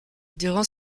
durant